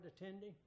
attending